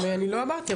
אני לא אמרתי,